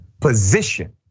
position